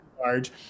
large